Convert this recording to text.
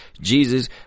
Jesus